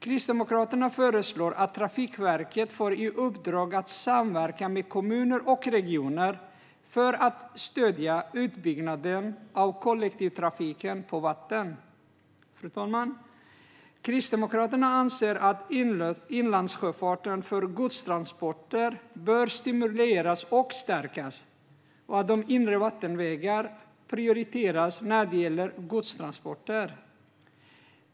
Kristdemokraterna föreslår att Trafikverket ska få i uppdrag att samverka med kommuner och regioner för att stödja utbyggnaden av kollektivtrafiken på vatten. Fru talman! Kristdemokraterna anser att inlandssjöfarten för godstransporter bör stimuleras och stärkas och de inre vattenvägarna prioriteras när det gäller godstransporter.